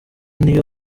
niyo